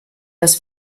das